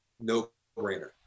no-brainer